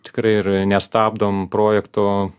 tikrai ir nestabdom projekto